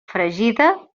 fregida